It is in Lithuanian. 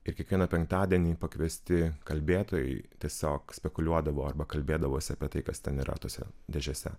ir kiekvieną penktadienį pakviesti kalbėtojai tiesiog spekuliuodavo arba kalbėdavosi apie tai kas ten yra tose dėžėse